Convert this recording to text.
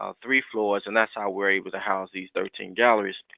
ah three floors. and that's how we're able to house these thirteen galleries.